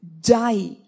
die